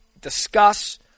discuss